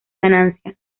ganancia